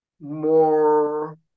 more